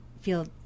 feel